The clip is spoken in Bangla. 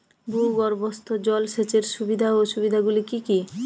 ভূগর্ভস্থ জল সেচের সুবিধা ও অসুবিধা গুলি কি কি?